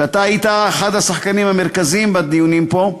אתה היית אחד השחקנים המרכזיים בדיונים פה,